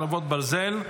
חרבות ברזל)